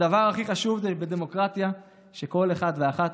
הדבר הכי חשוב בדמוקרטיה הוא שכל אחד ואחת